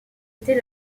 était